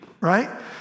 right